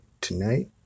tonight